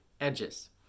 edges